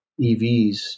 EVs